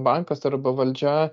bankas arba valdžia